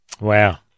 Wow